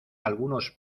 algunos